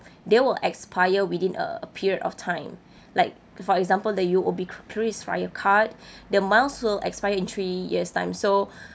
they will expire within uh a period of time like for example the U_O_B kri~ Krisflyer card the miles will expire in three years time so